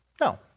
no